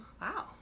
wow